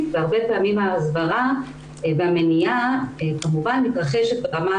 והרבה פעמים ההסברה במניעה כמובן מתרחשת ברמה